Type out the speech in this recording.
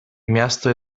miasto